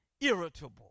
irritable